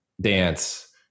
dance